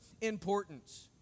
importance